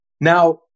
Now